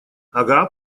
ага